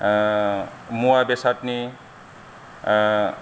मुवा बेसादनि